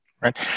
Right